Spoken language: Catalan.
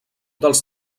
dels